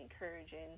encouraging